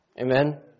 Amen